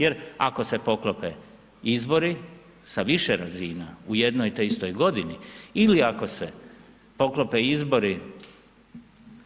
Jer ako se poklope izbori, sa više razina u jednoj te istoj godini ili ako se poklope izbori,